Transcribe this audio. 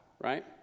right